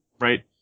right